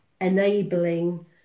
enabling